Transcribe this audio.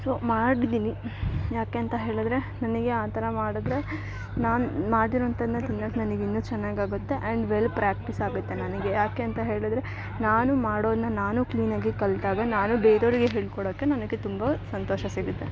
so ಮಾಡಿದೀನಿ ಯಾಕೆ ಅಂತ ಹೇಳಿದರೆ ನನಗೆ ಆ ಥರ ಮಾಡಿದ್ರೆ ನಾನು ಮಾಡಿರೋವಂಥದ್ನ ತಿನ್ನೋಕ್ ನನಗ್ ಇನ್ನು ಚೆನ್ನಾಗಾಗುತ್ತೆ ಆ್ಯಂಡ್ ವೆಲ್ ಪ್ರಾಕ್ಟೀಸ್ ಆಗುತ್ತೆ ನನಗೆ ಯಾಕೆಂತ ಹೇಳಿದರೆ ನಾನು ಮಾಡೋದ್ನ ನಾನು ಕ್ಲೀನಾಗಿ ಕಲಿತಾಗ ನಾನು ಬೇರೆಯವ್ರಿಗೆ ಹೇಳ್ಕೋಡೋಕೆ ನನಗೆ ತುಂಬ ಸಂತೋಷ ಸಿಗುತ್ತೆ